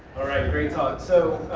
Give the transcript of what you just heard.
alright, great talk. so